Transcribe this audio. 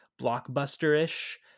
blockbuster-ish